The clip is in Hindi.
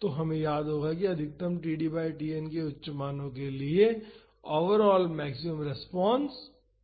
तो हमें याद होगा कि अधिकतम td बाई Tn के उच्च मानो के लिए ओवरऑल मैक्सिमम रेस्पॉन्स 2 थी